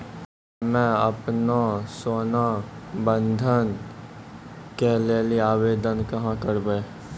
हम्मे आपनौ सोना बंधन के लेली आवेदन कहाँ करवै?